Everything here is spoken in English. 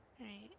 right